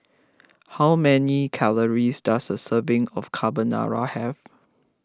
how many calories does a serving of Carbonara have